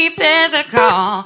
physical